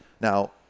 Now